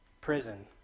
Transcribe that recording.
Prison